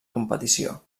competició